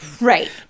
Right